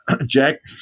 Jack